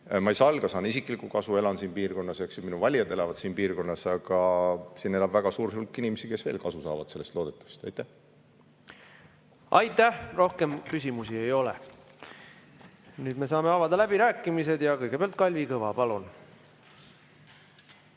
Ma ei salga, saan ka isiklikku kasu, elan siin piirkonnas. Minu valijad elavad siin piirkonnas. Aga siin elab väga suur hulk inimesi, kes veel loodetavasti sellest kasu saavad. Aitäh! Rohkem küsimusi ei ole. Nüüd me saame avada läbirääkimised. Kõigepealt Kalvi Kõva, palun!